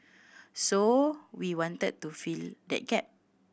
so we wanted to fill that gap